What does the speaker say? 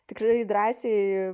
tikrai drąsiai